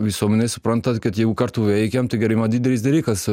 visuomenė supranta kad jeigu kartu veikiam tai galima didelis dalykas